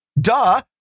Duh